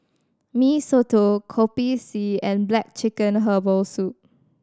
Mee Soto Kopi C and black chicken herbal soup